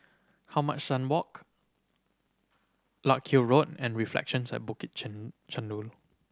how much Sun Walk Larkhill Road and Reflections at Bukit Chandu